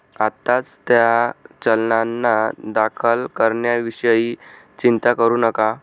आत्ताच त्या चलनांना दाखल करण्याविषयी चिंता करू नका